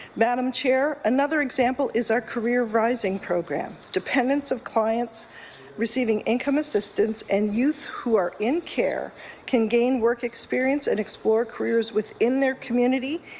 madam chair, another example is our career-rising program. dependance of clients receiving income assistance and youth who are in care can gain work experience and explore careers within their community,